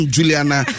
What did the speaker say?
Juliana